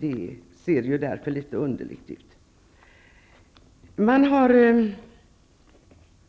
Det ser litet underligt ut.